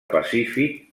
pacífic